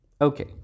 Okay